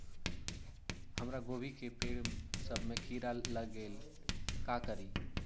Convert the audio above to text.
हमरा गोभी के पेड़ सब में किरा लग गेल का करी?